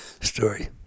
story